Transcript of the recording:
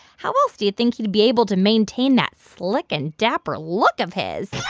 how else do you think he'd be able to maintain that slick and dapper look of his?